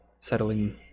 settling